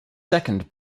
second